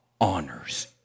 honors